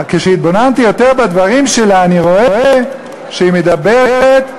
כשהתבוננתי יותר בדברים שלה, אני רואה שהיא מדברת,